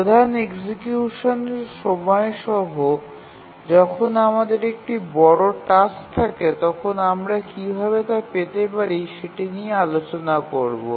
প্রধান এক্সিকিউশন সময় সহ যখন আমাদের একটি বড় টাস্ক থাকে তখন আমরা কীভাবে তা পেতে পারি সেটি নিয়ে আলোচনা করব